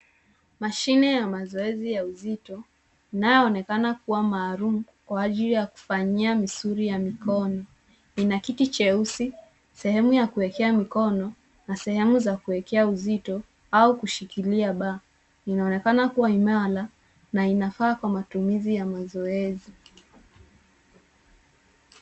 Mashine ya mazoezi ya uzito inayoonekana kuwa maalum Kwa ajili ya kufanyia misuli ya mikono. Ina kiti cheusi sehemu ya kuelekea mikono na sehemu za kuwekea uzito au kushikilia baa. Inaonekana kuwa imara na inafaa Kwa matumizi ya mazoezi.